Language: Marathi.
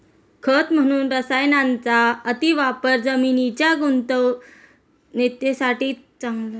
खत म्हणून रसायनांचा अतिवापर जमिनीच्या गुणवत्तेसाठी चांगला नाही